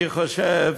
אני חושב,